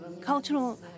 cultural